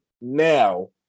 now